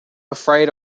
afraid